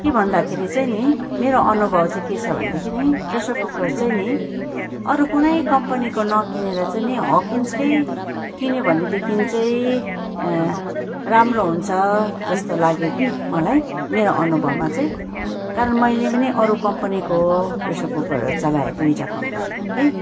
के भन्दाखेरि चाहिँ नि मेरो अनुभव चाहिँ के छ भनेदेखि नि प्रेसर कुकर चाहिँ नि अरू कुनै कम्पनीको नकिनेर चाहिँ नि हकिन्सकै किन्यो भनेदेखि चाहिँ राम्रो हुन्छ जस्तो लाग्यो कि मलाई मेरो अनुभवमा चाहिँ तर मैले पनि अरू कम्पनीको प्रेसर कुकरहरू चलाए दुइटा कम्पनीको कि